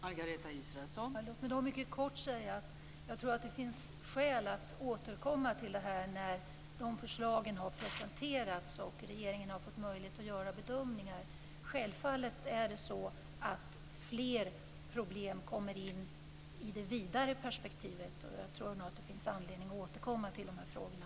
Fru talman! Låt mig mycket kort säga att jag tror att det finns skäl att återkomma till detta när dessa förslag har presenterats och regeringen har fått möjlighet att göra bedömningar. Det är självfallet så att fler problem kommer in i det vidare perspektivet. Jag tror nog att det finns anledning att återkomma till de här frågorna.